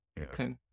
Okay